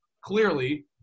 clearly